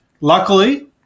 luckily